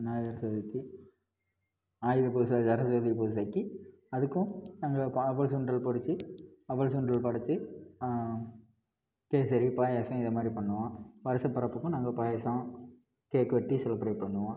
விநாயகர் சதுர்த்தி ஆயுத பூசை சரஸ்வதி பூஜைக்கு அதுக்கும் நாங்கள் பா அவல் சுண்டல் பொரிச்சி அவல் சுண்டல் படச்சு கேசரி பாயாசம் இதை மாதிரி பண்ணுவோம் வருட பிறப்புக்கும் நாங்கள் பாயாசம் கேக் வெட்டி செலிப்ரேட் பண்ணுவோம்